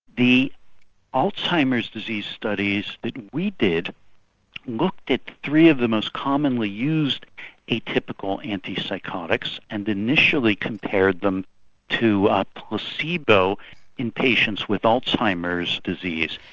the alzheimer's disease studies that we did looked at three of the most commonly used atypical antipsychotics, and initially compared them to a placebo in patients with alzheimer's disease.